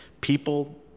people